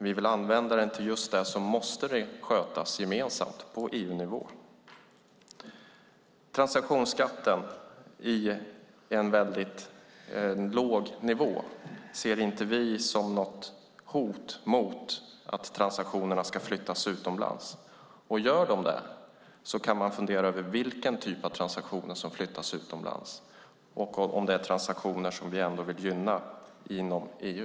Vi vill använda den till just det som måste skötas gemensamt på EU-nivå. En transaktionsskatt på en mycket låg nivå ser vi inte som något hot mot att transaktionerna flyttas utomlands. Gör de det kan man fundera över vilken typ av transaktioner som flyttas utomlands och om det är transaktioner som vi vill gynna inom EU.